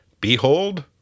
behold